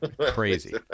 crazy